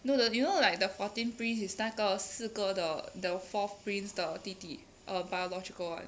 no the you know like the fourteenth prince is 那个四哥的 the fourth prince 的弟弟 err biological [one]